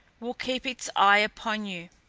will keep its eye upon you.